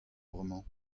bremañ